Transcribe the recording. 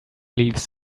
leaves